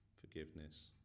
forgiveness